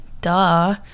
duh